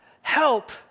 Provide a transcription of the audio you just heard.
help